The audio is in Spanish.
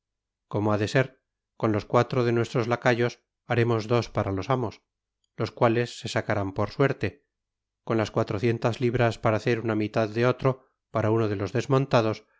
como ha de ser con los cuatro de nuestros lacayos haremos dos para los amos los cuales se sacarán por suerte con las cuatrocientas libras para hacer una mitad de otro para uno de los desmontados